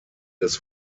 des